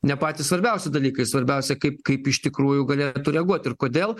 ne patys svarbiausi dalykai svarbiausia kaip kaip iš tikrųjų galėtų reaguot ir kodėl